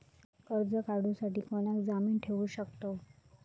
कर्ज काढूसाठी कोणाक जामीन ठेवू शकतव?